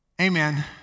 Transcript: Amen